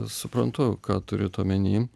suprantu ką turit omeny